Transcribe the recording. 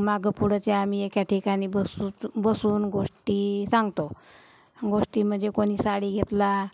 मागंपुढच्या आम्ही एका ठिकाणी बसून बसून गोष्टी सांगतो गोष्टी म्हणजे कोणी साडी घेतला